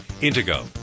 Intego